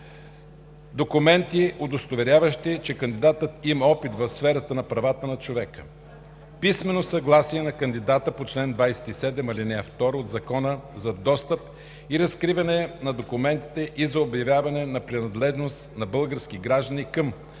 документи, удостоверяващи, че кандидатът има опит в сферата на правата на човека; е) писмено съгласие на кандидата по чл. 27, ал. 2 от Закона за достъп и разкриване на документите и за обявяване на принадлежност на български граждани към